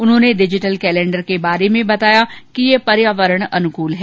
उन्होंने digital calendar के बारे में बताया कि यह पर्यावरण अनुकूल है